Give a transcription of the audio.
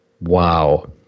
Wow